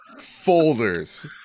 folders